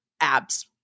abs